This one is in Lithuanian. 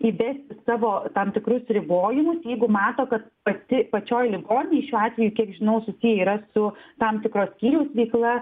įvesti savo tam tikrus ribojimus jeigu mato kad pati pačioj ligoninėj šiuo atveju kiek žinau susiję yra su tam tikro skyriaus veikla